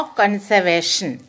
conservation